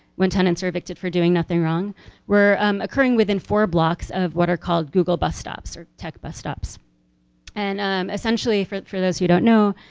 when tenants are evicted for doing nothing wrong were occurring within four blocks of what are called, google bus stops or tech bus stops and essentially for for those who don't know